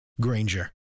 Granger